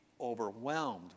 overwhelmed